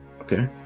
Okay